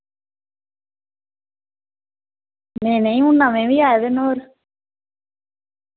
नेईं नेईं हून नमें बी आए दे न और